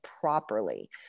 properly